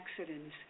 accidents